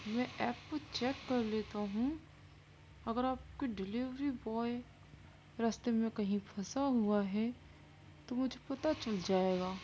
میں ایپ کو چیک کر لیتا ہوں اگر آپ کی ڈیلیوری بوائے رستے میں کہیں پھنسا ہوا ہے تو مجھے پتا چل جائے گا